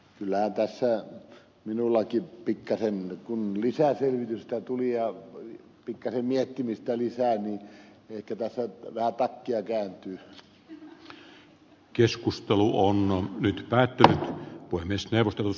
kyllähän tässä minullakin pikkuisen kun lisäselvitystä tuli ja pikkuisen miettimistä lisää ehkä tässä vähän takkia kääntyy